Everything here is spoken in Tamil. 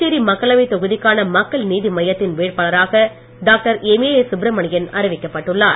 புதுச்சேரி மக்களவை தொகுதிக்கான மக்கள் நீதி மய்யத்தின் வேட்பாளராக டாக்டர் எம்ஏஎஸ் சுப்ரமணியன் அறிவிக்கப்பட்டுள்ளார்